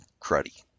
cruddy